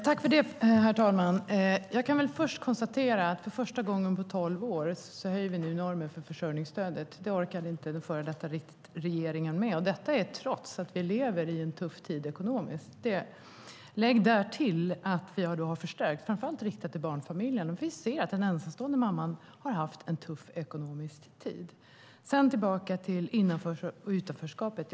Herr talman! Jag kan först konstatera att för första gången på tolv år höjer vi nu normen för försörjningsstödet. Det orkade inte den före detta regeringen med. Detta gör vi trots att vi just nu lever i en tuff tid ekonomiskt. Lägg därtill att vi har förstärkt stödet, framför allt riktat till barnfamiljer. Vi ser att den ensamstående mamman har haft en tuff ekonomisk tid. Sedan går jag tillbaka till innanförskapet och utanförskapet.